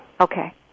Okay